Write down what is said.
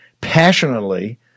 passionately